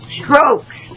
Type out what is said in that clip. strokes